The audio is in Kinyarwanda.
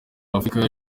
afurika